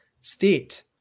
state